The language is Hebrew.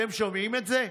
אתם שומעים את זה?